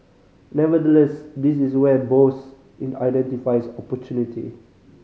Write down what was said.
nevertheless this is where Bose identifies opportunity